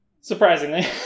Surprisingly